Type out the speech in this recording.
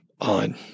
on